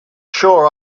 sure